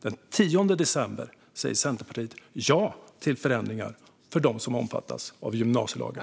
Den 10 december sa Centern ja till förändringar för dem som omfattas av gymnasielagen.